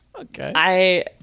Okay